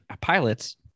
pilots